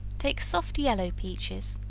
take soft yellow peaches,